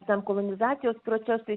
tam kolonizacijos procesui